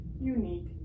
unique